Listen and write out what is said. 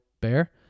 bear